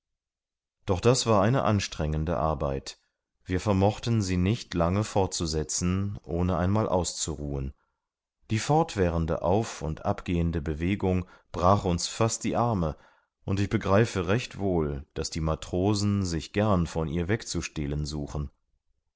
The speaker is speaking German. doch das war eine anstrengende arbeit wir vermochten sie nicht lange fortzusetzen ohne einmal auszuruhen die fortwährende auf und abgehende bewegung brach uns fast die arme und ich begreife recht wohl daß die matrosen sich gern von ihr wegzustehlen suchen